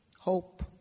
Hope